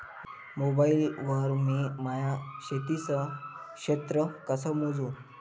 Mobile वर मी माया शेतीचं क्षेत्र कस मोजू?